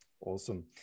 Awesome